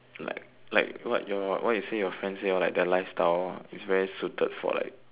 like like what your what you say your friend say orh like their lifestyle is very suited for like